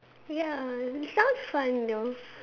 ya sounds fun though